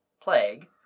plague